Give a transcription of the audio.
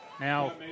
now